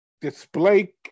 display